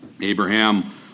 Abraham